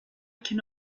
can